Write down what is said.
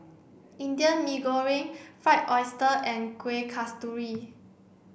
Indian Mee Goreng fried oyster and Kuih Kasturi